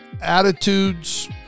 attitudes